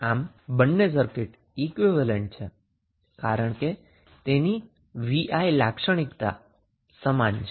આમ બંને circuit equivalent છે કારણ કે તેમની V I લાક્ષણિકતા સમાન છે